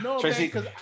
Tracy